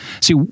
see